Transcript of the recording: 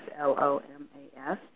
L-O-M-A-S